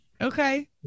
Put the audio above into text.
Okay